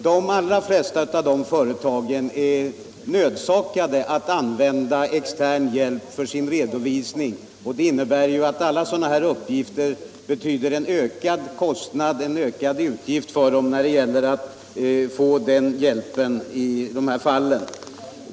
De allra flesta av de företagen är nödsakade att anlita extern — Nr 7 hjälp för sin redovisning, och det innebär att alla nya sådana uppgifter medför en ökad kostnad för dem.